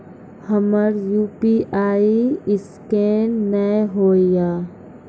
हमर UPI scan नेय हो या?